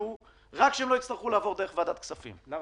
רק בלי שהם יצטרכו לעבור דרך ועדת הכספים.